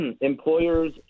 employers